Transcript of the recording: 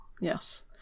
Yes